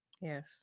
Yes